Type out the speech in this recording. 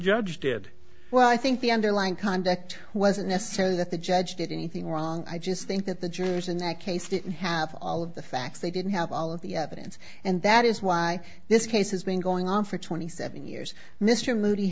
did well i think the underlying conduct wasn't necessarily that the judge did anything wrong i just think that the jurors in that case didn't have all of the facts they didn't have all of the evidence and that is why this case has been going on for twenty seven years mr moody